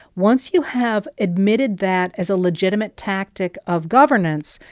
once you have admitted that as a legitimate tactic of governance,